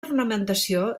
ornamentació